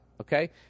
okay